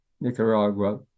Nicaragua